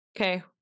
Okay